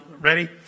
Ready